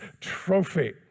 trophy